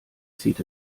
zieht